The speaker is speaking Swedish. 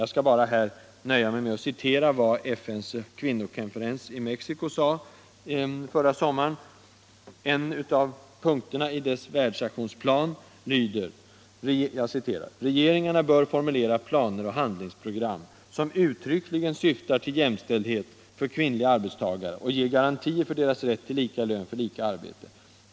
Jag skall här nöja mig med att citera vad FN:s kvinnokonferens i Mexico uttalade förra sommaren. En av punkterna 1 dess världsaktionsplan lyder: ”Regeringarna bör formulera planer och handlingsprogram som uttryckligen syftar till jämställdhet för kvinnliga arbetstagare och ger garantier för deras rätt till lika lön för lika arbete.